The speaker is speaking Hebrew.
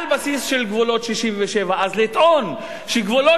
על בסיס של גבולות 67'. אז לטעון שגבולות